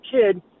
kid